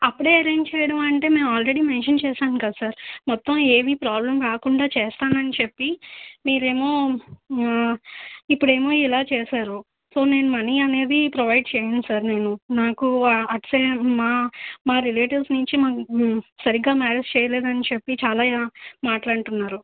అప్పుడే అరైంజ్ చెయ్యడం అంటే మేము ఆల్రెడీ మెన్షన్ చేశాం కదా సార్ మొత్తం ఏవీ ప్రాబ్లెమ్ రాకుండా చేస్తామని చెప్పి మీరేమో ఇప్పుడేమో ఇలా చేశారు సో నేను మనీ అనేది ప్రొవైడ్ చెయ్యను సార్ నేను నాకు అటు సైడ్ మా మా రిలేటివ్స్ నించి మాకు సరిగ్గా మ్యారేజ్ చెయ్యలేదని చెప్పి చాలా యా మాటలంటున్నారు